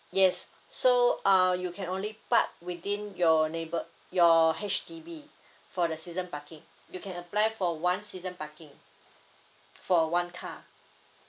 yes so uh you can only park within your neighbor your H_D_B for the season parking you can apply for one season parking for one car